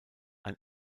ein